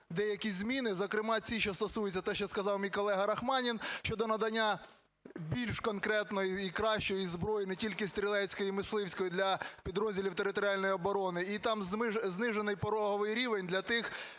деякі зміни, зокрема ці, що стосуються, те, що сказав мій колега Рахманін щодо надання більш конкретної і кращої зброї, не тільки стрілецької і мисливської, для підрозділів територіальної оборони і там знижений пороговий рівень для тих,